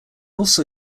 also